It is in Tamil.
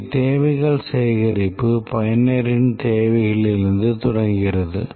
இங்கே தேவைகள் சேகரிப்பு பயனரின் தேவைகள் தொடங்குகிறது